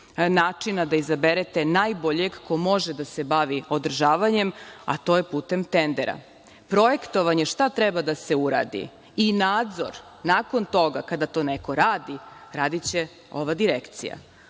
načina da izaberete najboljeg koji može da se bavi održavanjem, a to je putem tendera. Projektovanje šta treba da se uradi i nadzor nakon toga kada to neko radi radiće ova Direkcija.